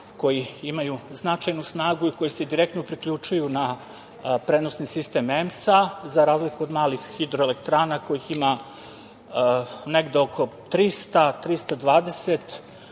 koji imaju značajnu snagu i koji se direktno priključuju na prenosni sistem EMS, za razliku od malih elektrana kojih ima negde oko 300, 320.